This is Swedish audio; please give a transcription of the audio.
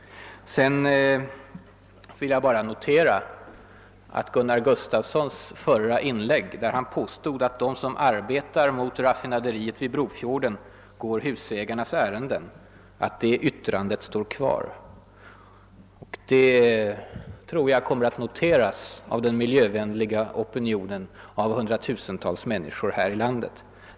Vidare vill jag bara notera att det uttalande som herr Gustafsson gjorde i sitt förra inlägg, nämligen att de som motarbetar raffinaderiet i Brofjorden går husägarnas ärenden, står kvar. Detta tror jag kommer att observeras av den miljövänliga opinionen, som omfattar hundratusentals människor här i landet.